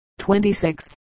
26